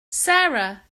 sara